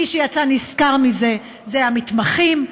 מי שיצאו נשכרים מזה אלה המתמחים,